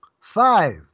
Five